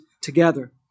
together